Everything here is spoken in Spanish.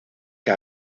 que